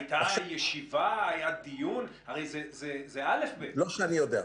הייתה ישיבה, היה דיון, הרי זה אל"ף, בי"ת.